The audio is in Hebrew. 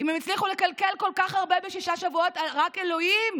אם הם הצליחו לקלקל כל כך הרבה בשישה שבועות רק אלוהים